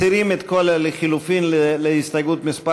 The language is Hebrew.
מסירים את כל החלופין להסתייגות מס'